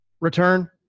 return